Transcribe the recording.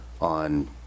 on